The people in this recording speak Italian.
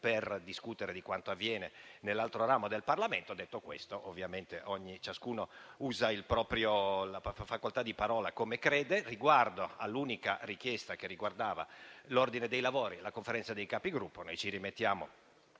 per discutere di quanto avviene nell'altro ramo del Parlamento. Detto questo, ovviamente ciascuno usa la facoltà di parola come crede. Riguardo all'unica richiesta sull'ordine dei lavori e la Conferenza dei Capigruppo, ci rimettiamo